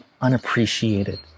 unappreciated